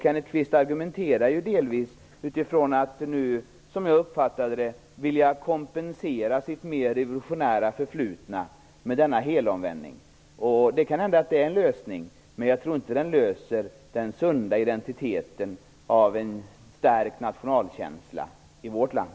Kenneth Kvist argumenterar ju delvis utifrån att nu, som jag uppfattar det, vilja kompensera sitt mer revolutionära förflutna med denna helomvändning. Det kan hända att det är en lösning, men jag tror inte det löser frågan om den sunda identiteten och en stärkt nationalkänsla i vårt land.